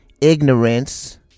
ignorance